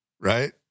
right